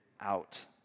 out